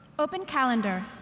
open calendar.